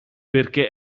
perché